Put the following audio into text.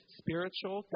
spiritual